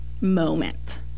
moment